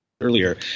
earlier